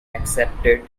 accepted